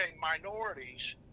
minorities